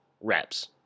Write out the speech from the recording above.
reps